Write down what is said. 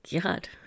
God